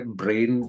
brain